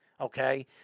okay